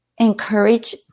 encourage